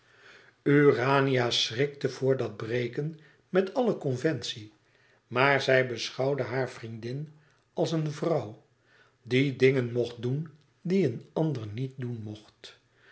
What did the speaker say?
urania schrikte voor dat breken met alle conventie maar zij beschouwde haar vriendin als een vrouw die dingen mocht doen die een ander niet doen mocht